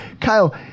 Kyle